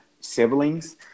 siblings